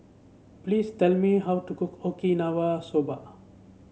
please tell me how to cook Okinawa Soba